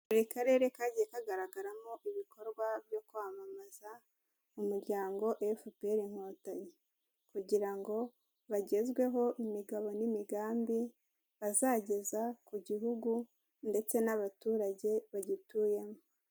Buri karere kagiye kagaragaramo ibikorwa byo kwamamaza umuryango efuperi inkotanyi. Kugira ngo bagezweho imigabo n'imigambi bazageza ku gihugu, ndetse n'abaturage bagituyemo.